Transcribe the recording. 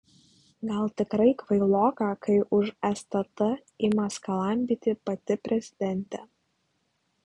gal tikrai kvailoka kai už stt ima skalambyti pati prezidentė